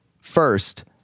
First